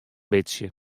bytsje